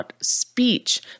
speech